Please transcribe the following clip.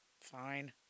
Fine